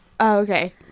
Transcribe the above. okay